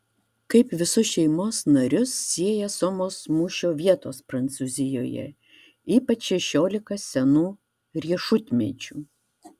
kaip visus šeimos narius sieja somos mūšio vietos prancūzijoje ypač šešiolika senų riešutmedžių